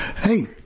Hey